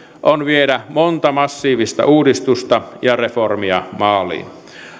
on viedä monta massiivista uudistusta ja reformia maaliin